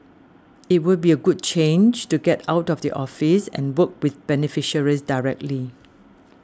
it would be a good change to get out of the office and work with beneficiaries directly